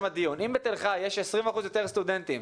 הדיון - אם בתל חי יש 20% יותר סטודנטים,